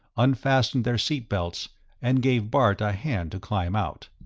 unfastened their seat belts and gave bart a hand to climb out.